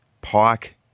Pike